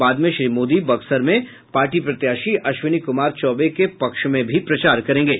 बाद में श्री मोदी बक्सर में पार्टी प्रत्याशी अश्विनी कुमार चौबे के पक्ष में भी प्रचार करेंगे